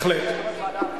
יושבת-ראש הוועדה למעמד האשה,